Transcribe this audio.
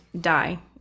die